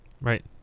Right